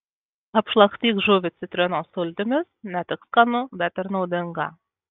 apšlakstyk žuvį citrinos sultimis ne tik skanu bet ir naudinga